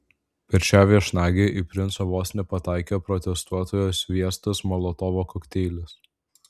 per šią viešnagę į princą vos nepataikė protestuotojo sviestas molotovo kokteilis